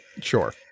Sure